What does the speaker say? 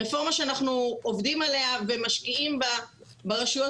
רפורמה שאנחנו עובדים עליה ומשקיעים בה ברשויות